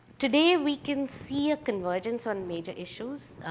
today we can see a convergence on major issues,